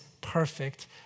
perfect